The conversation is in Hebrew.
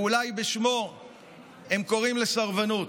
ואולי בשמו הם קוראים לסרבנות.